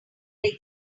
head